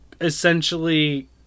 essentially